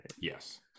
Yes